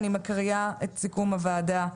אני מקריאה את סיכום הוועדה: